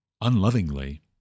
unlovingly